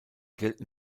gelten